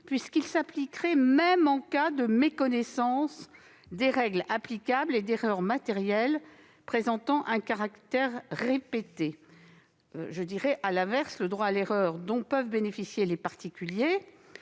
s'appliquerait même en cas de méconnaissance des règles applicables et d'erreurs matérielles présentant un caractère répété. À l'inverse, le droit à l'erreur dont peuvent bénéficier les particuliers